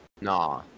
Nah